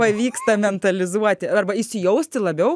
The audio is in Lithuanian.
pavyksta metalizuoti arba įsijausti labiau